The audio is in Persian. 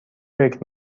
فکر